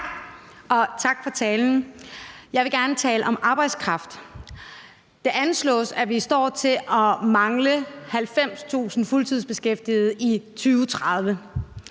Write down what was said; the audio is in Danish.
tak for talen. Jeg vil gerne tale om arbejdskraft. Det anslås, at vi står til at mangle 90.000 fuldtidsbeskæftigede i 2030.